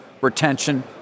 retention